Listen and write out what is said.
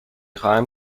خواهم